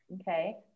Okay